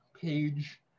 page